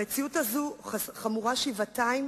המציאות הזאת חמורה שבעתיים